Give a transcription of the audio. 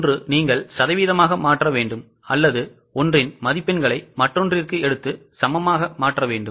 ஒன்று நீங்கள் சதவீதமாக மாற்ற வேண்டும் அல்லது ஒன்றின் மதிப்பெண்களை மற்றொன்றிற்கு எடுத்து சமமாக மாற்றவேண்டும்